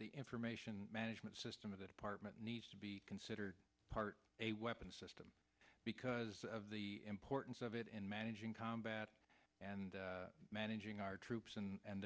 the information management system of the department needs to be considered part of a weapons system because of the importance of it in managing combat and managing our troops and